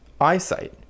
eyesight